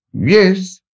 Yes